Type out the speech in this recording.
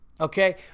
okay